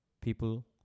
People